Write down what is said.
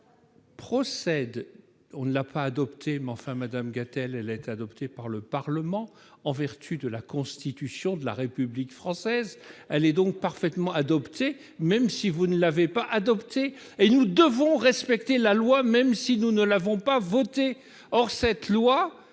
Nous, nous ne l'avons pas adoptée ! Madame Gatel, cette loi a été adoptée par le Parlement, en vertu de la Constitution de la République française. Elle est donc parfaitement adoptée, même si vous ne l'avez pas votée ! Nous devons respecter la loi, même si nous ne l'avons pas votée. Cette loi